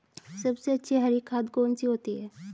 सबसे अच्छी हरी खाद कौन सी होती है?